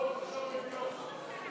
נא לשבת.